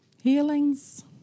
healings